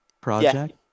project